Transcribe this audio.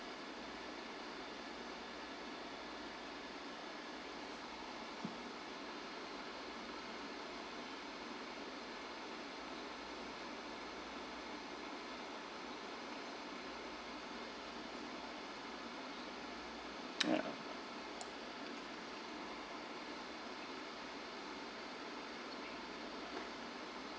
ya